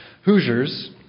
Hoosiers